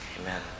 Amen